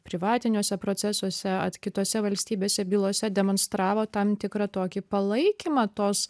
privatiniuose procesuose kitose valstybėse bylose demonstravo tam tikrą tokį palaikymą tos